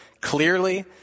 clearly